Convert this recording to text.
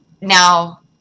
Now